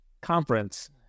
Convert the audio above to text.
conference